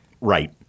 Right